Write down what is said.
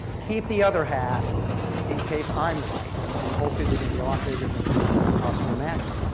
keep the other half in case i'm right, and whole foods is going to be a lot bigger than you can possibly imagine.